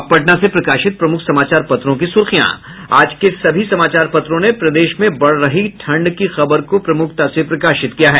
अब पटना से प्रकाशित प्रमुख समाचार पत्रों की सुर्खियां आज के सभी समाचार पत्रों ने प्रदेश में बढ़ रही ठंड की खबर को प्रमुखता से प्रकाशित किया है